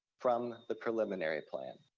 from the preliminary plan.